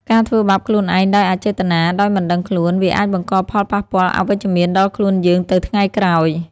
ការធ្វើបាបខ្លួនឯងដោយអចេតនា ដោយមិនដឹងខ្លួន វាអាចបង្កផលប៉ះពាល់អវិជ្ជមានដល់ខ្លួនយើងទៅថ្ងៃក្រោយ។